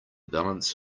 balance